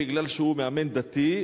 כיוון שהוא מאמן דתי,